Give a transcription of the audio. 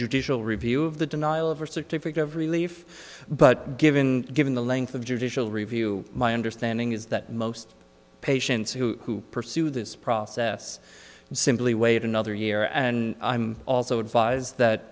judicial review of the denial of or certificate of relief but given given the length of judicial review my understanding is that most patients who pursue this process simply wait another year and also advise that